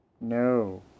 No